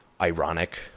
ironic